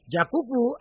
Jakufu